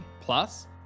Plus